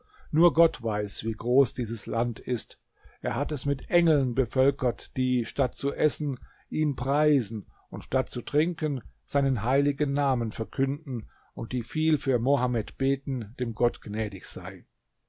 nur gott weiß wie groß dieses land ist er hat es mit engeln bevölkert die statt zu essen ihn preisen und statt zu trinken seinen heiligen namen verkünden und die viel für mohammed beten dem gott gnädig sei